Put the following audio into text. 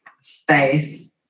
space